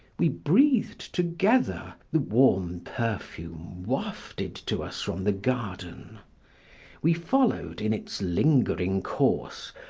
we breathed together, the warm perfume wafted to us from the garden we followed, in its lingering course,